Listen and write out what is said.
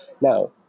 now